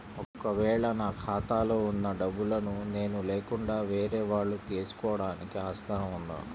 ఒక వేళ నా ఖాతాలో వున్న డబ్బులను నేను లేకుండా వేరే వాళ్ళు తీసుకోవడానికి ఆస్కారం ఉందా?